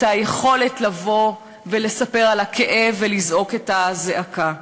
היכולת לבוא ולספר על הכאב ולזעוק את הזעקה.